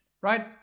right